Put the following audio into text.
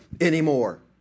anymore